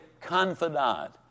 confidant